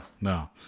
no